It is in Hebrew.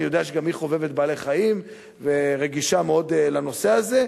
אני יודע שגם היא חובבת בעלי-חיים ורגישה מאוד לנושא הזה.